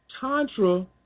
Tantra